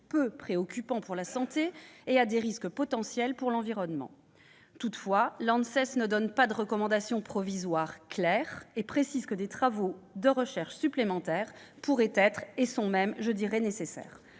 peu préoccupant pour la santé, et à des risques potentiels pour l'environnement ». Toutefois, l'ANSES ne donne pas de recommandations provisoires claires. Elle précise que des travaux de recherche supplémentaires pourraient être et sont même nécessaires.